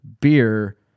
beer